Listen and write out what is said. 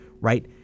right